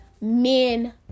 men